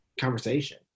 conversation